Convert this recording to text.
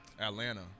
Atlanta